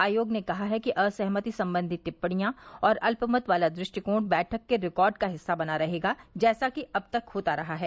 आयोग ने कहा है कि असहमति संबंधी टिप्पणियां और अल्पमत वाला दृष्टिकोण बैठक के रिकॉर्ड का हिस्सा बना रहेगा जैसा कि अब तक होता रहा है